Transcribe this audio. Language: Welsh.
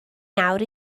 nawr